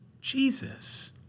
Jesus